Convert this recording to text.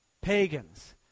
pagans